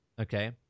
okay